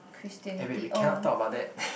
Christianity !oh no!